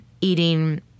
eating